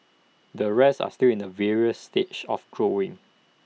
the rest are still in the various stages of growing